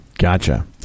Gotcha